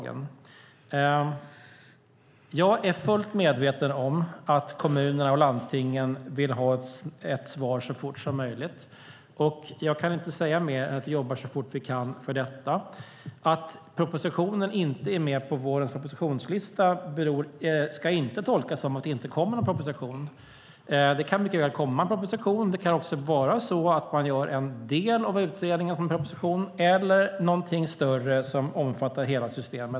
Jag är fullt medveten om att kommunerna och landstingen vill ha svar så fort som möjligt, och jag kan inte säga mer än att vi jobbar så fort vi kan för detta. Att propositionen inte är med på vårens propositionslista ska inte tolkas som att det inte kommer någon proposition. Det kan mycket väl komma en proposition. Det kan också vara så att en del av utredningen görs som proposition, eller någonting större som omfattar hela systemet.